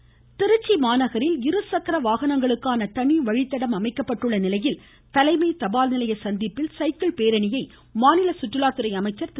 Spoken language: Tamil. நடராஜன் மாநகரில் இருசக்கர வாகனங்களுக்கான வழித்தடம் திருச்சி தனி அமைக்கப்பட்டுள்ள நிலையில் தலைமை தபால் நிலைய சந்திப்பில் சைக்கிள் பேரணியை மாநில சுற்றுலாத்துறை அமைச்சர் திரு